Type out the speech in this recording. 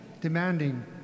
demanding